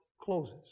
closes